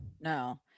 No